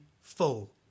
full